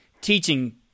teaching